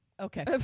Okay